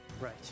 Right